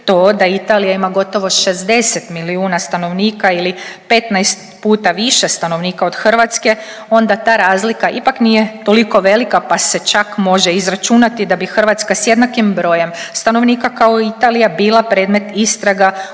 to da Italija ima gotovo 60 milijuna stanovnika ili 15 puta više stanovnika od Hrvatske onda ta razlika ipak nije toliko velika pa se čak može izračunati da bi Hrvatska s jednakim brojem stanovnika kao Italija bila predmet istraga